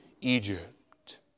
Egypt